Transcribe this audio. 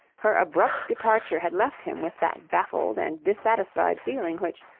her abrupt departure had left him with that baffled and dissatisfied feeling which,